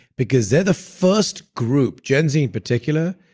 because they're the first group, gen z in particular,